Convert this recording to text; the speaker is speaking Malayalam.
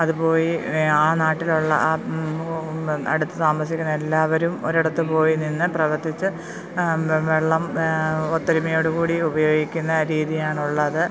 അതുപോയി ആ നാട്ടിലുള്ള ആ അടുത്ത് താമസിക്കുന്ന എല്ലാവരും ഒരിടത്ത് പോയി നിന്ന് പ്രവർത്തിച്ച് വെള്ളം ഒത്തൊരുമയോട് കൂടി ഉപയോഗിക്കുന്ന രീതിയാണുള്ളത്